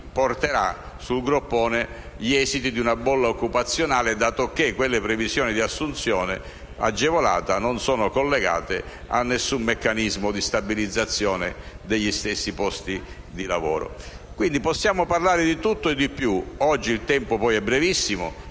porterà sul groppone gli esiti di una bolla occupazionale, dato che quelle previsioni di assunzione agevolata non sono collegate a nessun meccanismo di stabilizzazione degli stessi posti di lavoro. Quindi possiamo parlare di tutto e di più. Oggi poi il tempo è brevissimo.